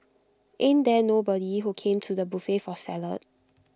ain't there nobody who came to the buffet for salad